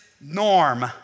norm